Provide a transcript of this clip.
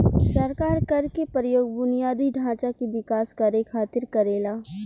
सरकार कर के प्रयोग बुनियादी ढांचा के विकास करे खातिर करेला